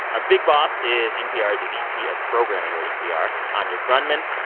our big boss is npr's vp of programming here at npr, anya grundmann.